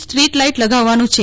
street light લગાવવાનો છે